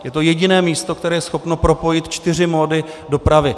Je to jediné místo, které je schopno propojit čtyři mody dopravy.